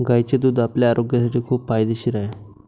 गायीचे दूध आपल्या आरोग्यासाठी खूप फायदेशीर आहे